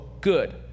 good